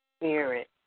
spirit